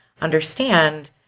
understand